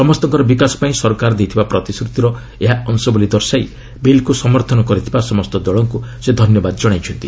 ସମସ୍ତଙ୍କର ବିକାଶ ପାଇଁ ସରକାର ଦେଇଥିବା ପ୍ରତିଶ୍ରତିର ଏହା ଅଂଶ ବୋଲି ଦର୍ଶାଇ ବିଲ୍କୁ ସମର୍ଥନ କରିଥିବା ସମସ୍ତ ଦଳଙ୍କୁ ସେ ଧନ୍ୟବାଦ ଜଣାଇଛନ୍ତି